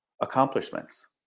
accomplishments